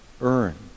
earn